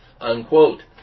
unquote